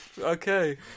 Okay